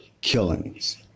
killings